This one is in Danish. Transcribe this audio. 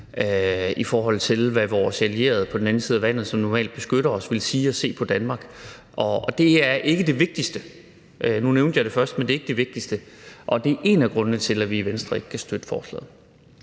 i forhold til hvad vores allierede på den anden side af vandet, som normalt beskytter os, ville sige, og hvordan de ville se på Danmark, og det er ikke det vigtigste. Nu nævnte jeg det som det første, men det er ikke det vigtigste, og det er en af grundene til, at vi i Venstre ikke kan støtte forslaget.